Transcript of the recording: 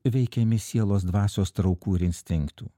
veikiami sielos dvasios traukų ir instinktų